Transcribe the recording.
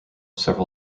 several